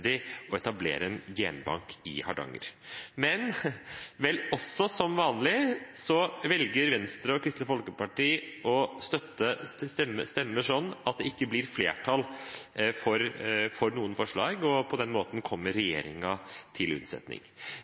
å etablere en genbank i Hardanger. Men – vel også som vanlig – velger Venstre og Kristelig Folkeparti å stemme slik at det ikke blir flertall for noen forslag, og på den måten kommer de regjeringen til unnsetning.